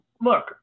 look